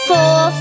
Four